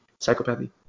Psychopathy